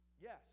yes